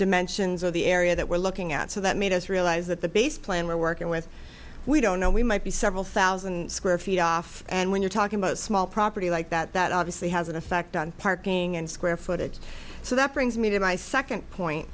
dimensions of the area that we're looking at so that made us realize that the base plan we're working with we don't know we might be several thousand square feet off and when you're talking about small property like that that obviously has an effect on parking and square footage so that brings me to my second point